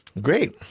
great